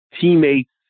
teammates